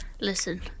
Listen